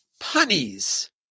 punnies